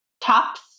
tops